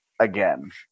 again